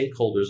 stakeholders